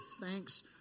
thanks